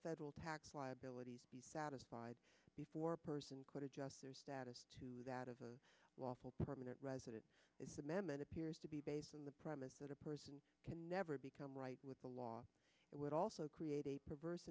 federal tax liabilities satisfied before a person could adjust their status to that of a lawful permanent resident is a meme and appears to be based on the premise that a person can never become right with the law it would also create a perverse